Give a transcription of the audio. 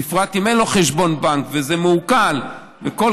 בפרט אם אין לו חשבון בנק וזה מעוקל וכל